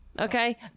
Okay